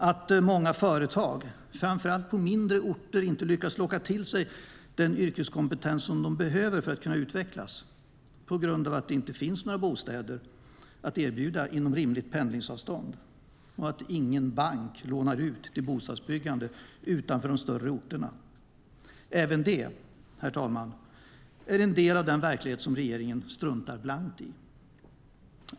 Att många företag, framför allt på mindre orter, inte lyckas locka till sig den yrkeskompetens som de behöver för att utvecklas, på grund av att det inte finns några bostäder att erbjuda inom rimligt pendlingsavstånd och att ingen bank lånar ut till bostadsbyggande utanför de större orterna, är även det, herr talman, en del av den verklighet som regeringen struntar blankt i.